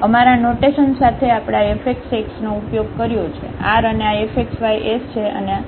તેથી અમારા નોટેશન સાથે આપણે આ fxx નો ઉપયોગ કર્યો છે r અને આ fxy s છે અને આ